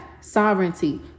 Sovereignty